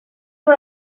por